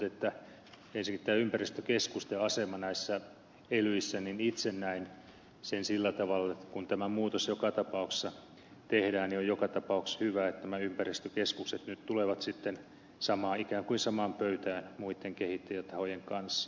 mutta ensinnäkin tämän ympäristökeskusten aseman näissä elyissä itse näen sillä tavalla että kun tämä muutos joka tapauksessa tehdään niin on joka tapauksessa hyvä että nämä ympäristökeskukset nyt tulevat sitten ikään kuin samaan pöytään muitten kehittäjätahojen kanssa